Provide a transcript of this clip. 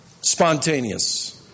Spontaneous